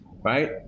Right